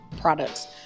products